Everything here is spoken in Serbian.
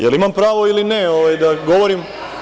Jel imam pravo ili ne da govorim?